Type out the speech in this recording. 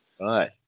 Right